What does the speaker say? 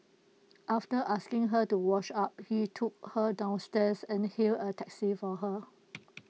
after asking her to wash up he took her downstairs and hailed A taxi for her